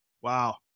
Wow